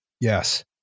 Yes